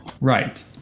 Right